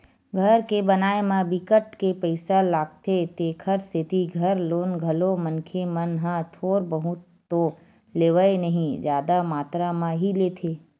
घर के बनाए म बिकट के पइसा लागथे तेखर सेती घर लोन घलो मनखे मन ह थोर बहुत तो लेवय नइ जादा मातरा म ही लेथे